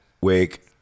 wake